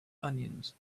onions